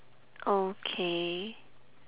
okay